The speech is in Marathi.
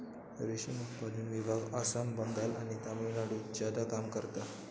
रेशम उत्पादन विभाग आसाम, बंगाल आणि तामिळनाडुत ज्यादा काम करता